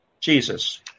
jesus